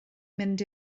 mynd